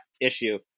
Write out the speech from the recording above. issue